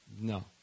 no